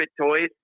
toys